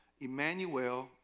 Emmanuel